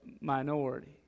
minority